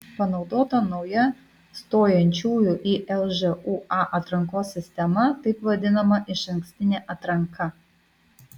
panaudota nauja stojančiųjų į lžūa atrankos sistema taip vadinama išankstinė atranka